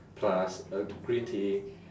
plus a green tea